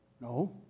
No